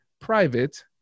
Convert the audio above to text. private